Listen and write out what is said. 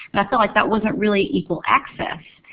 and i felt like that wasn't really equal access.